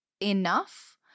enough